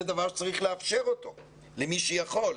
זה דבר שצריך לאפשר אותו למי שיכול.